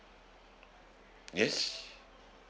yes